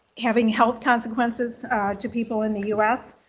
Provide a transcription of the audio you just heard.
having health consequences to people in the us.